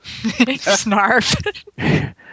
Snarf